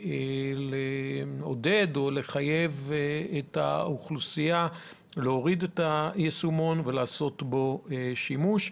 את האוכלוסייה להוריד את היישומון ולעשות בו שימוש.